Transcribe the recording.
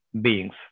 beings